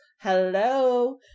hello